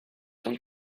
tant